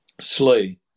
Slay